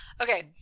Okay